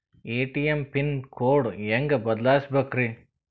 ATM pin code ಹೆಂಗ್ ಬದಲ್ಸ್ಬೇಕ್ರಿ?